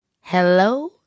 Hello